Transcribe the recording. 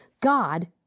God